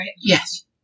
Yes